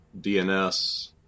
DNS